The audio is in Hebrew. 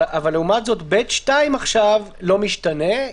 אבל לעומת זאת 22כא(ב)(2) לא משתנה.